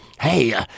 Hey